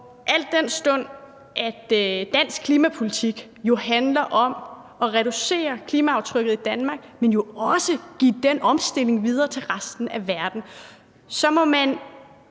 Al den stund at dansk klimapolitik jo handler om at reducere klimaaftrykket i Danmark, men jo også give den omstilling videre til resten af verden, så har